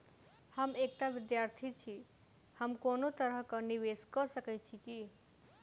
हम एकटा विधार्थी छी, हम कोनो तरह कऽ निवेश कऽ सकय छी की?